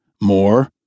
more